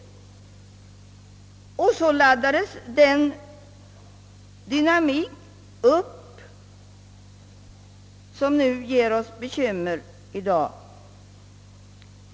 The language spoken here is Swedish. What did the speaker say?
På så sätt laddades den dynamik upp som ger oss bekymmer i dag.